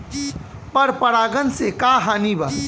पर परागण से का हानि बा?